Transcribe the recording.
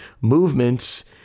movements